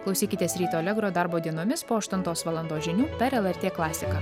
klausykitės ryto alegro darbo dienomis po aštuntos valandos žinių per lrt klasiką